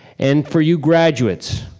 and for you graduates,